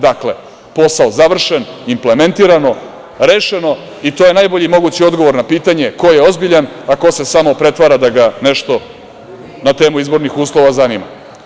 Dakle, posao završen, implementirano, rešeno i to je najbolji mogući odgovor na pitanje ko je ozbiljan, a ko se samo pretvara da ga nešto na temu izbornih uslova zanima.